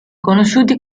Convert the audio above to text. conosciuti